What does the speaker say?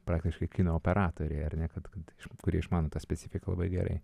praktiškai kino operatoriai ar ne kad kad kurie išmano tą specifiką labai gerai